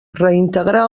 reintegrar